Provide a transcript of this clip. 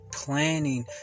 Planning